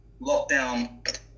lockdown